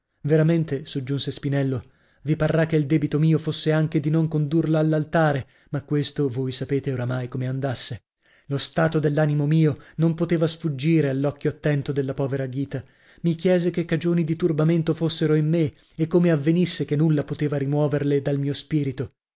veramente soggiunse spinello vi parrà che il debito mio fosse anche di non condurla all'altare ma questo voi sapete oramai come andasse lo stato dell'animo mio non poteva sfuggire all'occhio attento della povera ghita mi chiese che cagioni di turbamento fossero in me e come avvenisse che nulla poteva rimuoverle dal mio spirito